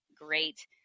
great